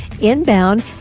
Inbound